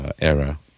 era